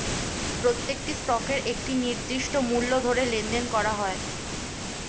প্রত্যেকটি স্টকের একটি নির্দিষ্ট মূল্য ধরে লেনদেন করা হয়